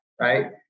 right